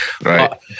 right